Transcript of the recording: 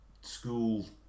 School